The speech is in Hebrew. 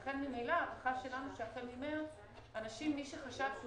לכן ממילא הערכה שלנו היא שהחל ממרץ מי שחשב שהוא